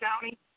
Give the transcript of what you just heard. County